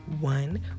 One